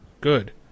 Good